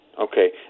Okay